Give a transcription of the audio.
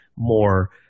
more